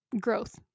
growth